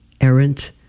errant